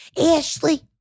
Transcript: Ashley